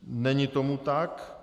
Není tomu tak.